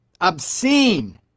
obscene